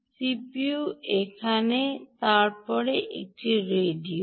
সুতরাং সিপিইউ এখানে এবং তারপরে ঠিক রেডিও